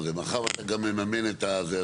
מאחר ואתה גם מממן את הזה,